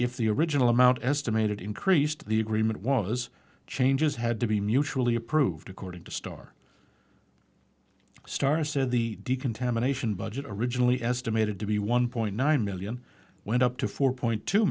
if the original amount estimated increased the agreement was changes had to be mutually approved according to star star said the decontamination budget originally estimated to be one point nine million went up to four point two